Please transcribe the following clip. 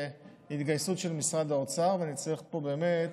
התגייסות של משרד האוצר ואני צריך פה באמת,